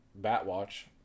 Batwatch